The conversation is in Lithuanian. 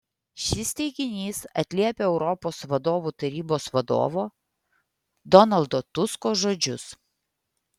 šis teiginys atliepia europos vadovų tarybos vadovo donaldo tusko žodžius